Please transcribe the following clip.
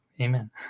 Amen